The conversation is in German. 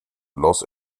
los